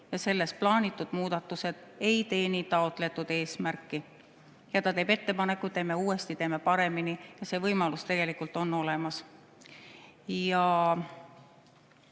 ja selles plaanitud muudatused ei teeni taotletud eesmärki." Ja ta teeb ettepaneku: teeme uuesti, teeme paremini. See võimalus tegelikult on olemas.